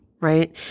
right